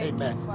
Amen